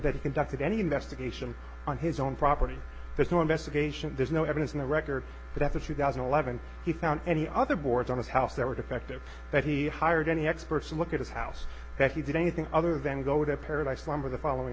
that he conducted any investigation on his own property there's no investigation there's no evidence in the record that the two thousand and eleven he found any other boards on of house that were defective that he hired any experts to look at his house that he did anything other than go to paradise lumber the following